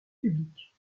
publique